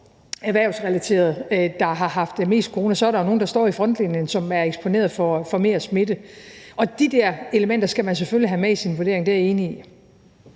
erhvervsrelateret, der har haft mest corona, at der jo er nogle, der står i frontlinjen, som er eksponeret for mere smitte. De elementer skal man selvfølgelig have med i sin vurdering. Det er jeg enig i.